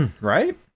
right